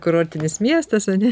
kurortinis miestas ane